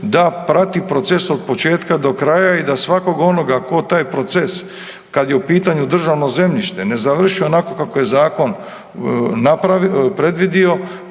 da prati proces od početka do kraja i da svakog onoga tko taj proces kad je u pitanju državno zemljište ne završi onako kako je zakon napravio,